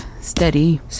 steady